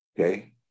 Okay